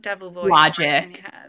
logic